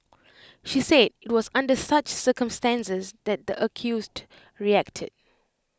she said IT was under such circumstances that the accused reacted